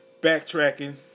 Backtracking